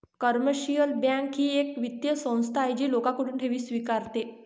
commercial bank ही एक वित्तीय संस्था आहे जी लोकांकडून ठेवी स्वीकारते